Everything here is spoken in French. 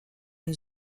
une